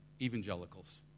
evangelicals